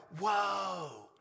whoa